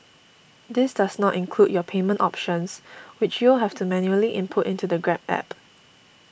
this does not include your payment options which you'll have to manually input into the Grab App